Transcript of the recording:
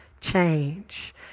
change